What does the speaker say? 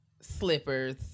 slippers